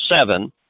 seven